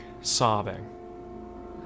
sobbing